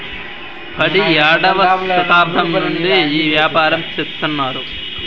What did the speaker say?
పడియేడవ శతాబ్దం నుండి ఈ యాపారం చెత్తన్నారు